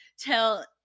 tell